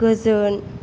गोजोन